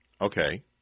Okay